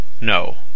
No